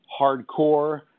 hardcore